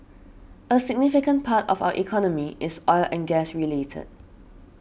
a significant part of our economy is oil and gas related